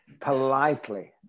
politely